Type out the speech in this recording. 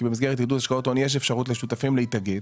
כי במסגרת עידוד השקעות הון יש אפשרות לשותפים להתאגד.